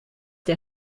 der